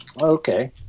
Okay